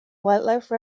wildlife